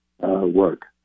work